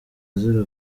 azira